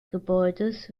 gebäudes